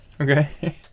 Okay